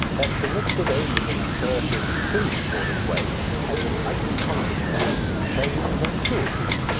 that permits it only in a furtive silly sort of way, has its ugly consequences in shames and cruelties,